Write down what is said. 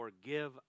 forgive